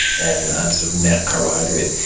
and sort of net carbohydrates.